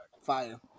Fire